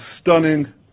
stunning